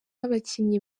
abakinnyi